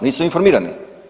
Nisu informirani.